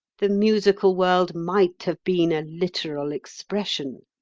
the musical world might have been a literal expression.